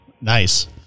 Nice